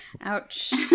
ouch